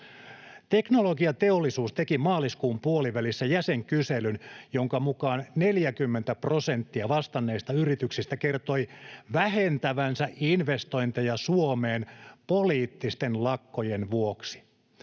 Teknologiateollisuus teki maaliskuun puolivälissä jäsenkyselyn, jonka mukaan 40 prosenttia vastanneista yrityksistä kertoi vähentävänsä investointeja Suomeen poliittisten lakkojen vuoksi.